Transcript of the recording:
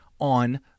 on